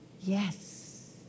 yes